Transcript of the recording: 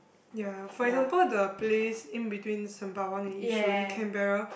ya for example the place in between Sembawang and Yishun Canberra